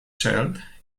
child